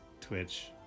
Twitch